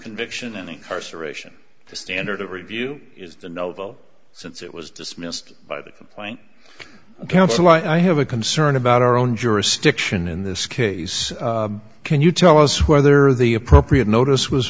conviction and incarceration the standard of review is the novo since it was dismissed by the complaint counsel i have a concern about our own jurisdiction in this case can you tell us whether the appropriate notice was